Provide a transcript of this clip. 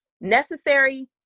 necessary